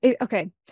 okay